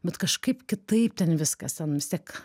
bet kažkaip kitaip ten viskas ten vis tiek